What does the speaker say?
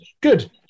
good